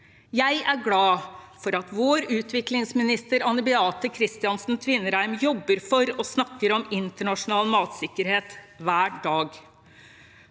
Jeg er glad for at vår utviklingsminister, Anne Beathe Kristiansen Tvinnereim, jobber for og snakker om internasjonal matsikkerhet hver dag.